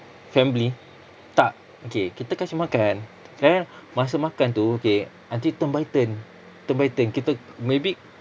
family tak okay kita kasi makan eh masa makan tu okay nanti turn by turn turn by turn kita maybe